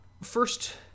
first